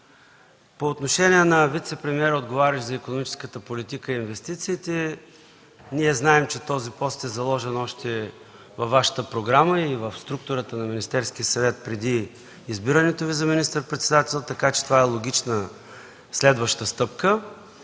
По отношение на вицепремиера, отговарящ за икономическата политика и инвестициите, знаем, че този пост е заложен още във Вашата програма и в структурата на Министерския съвет преди избирането Ви за министър-председател, така че това е логична, следваща стъпка.